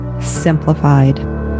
Simplified